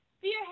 Fear